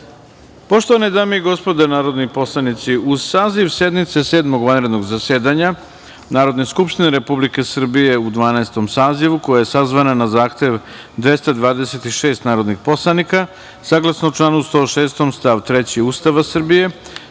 sednice. Poštovane dame i gospodo narodni poslanici, uz saziv sednice Sedmog vanrednog zasedanja Narodne skupštine Republike Srbije u Dvanaestom sazivu, koja je sazvana na zahtev 226 narodnih poslanika, saglasno članu 106. stav 3. Ustava Srbije,